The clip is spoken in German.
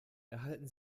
erhalten